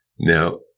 Now